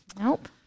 Nope